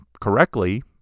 correctly